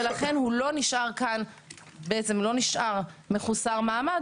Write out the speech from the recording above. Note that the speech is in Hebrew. ולכן הוא לא נשאר מחוסר מעמד,